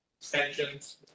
Extensions